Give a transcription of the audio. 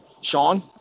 Sean